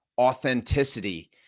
authenticity